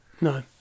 no